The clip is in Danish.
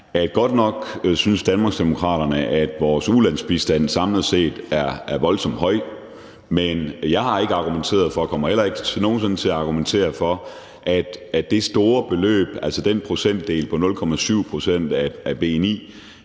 godt nok synes Danmarksdemokraterne, at vores ulandsbistand samlet set er voldsomt høj, men jeg har ikke argumenteret for og kommer heller ikke nogen sinde til at argumentere for,